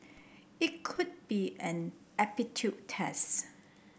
it could be an aptitude test